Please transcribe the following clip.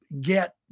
get